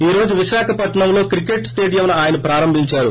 ఈ రోజు విశాఖపట్నంలో క్రికెట్ స్టేడియంను ఆయన ప్రారంభించారు